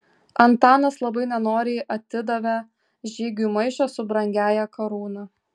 antanas labai nenoriai atidavė žygiui maišą su brangiąja karūna